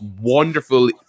wonderful